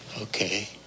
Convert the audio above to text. Okay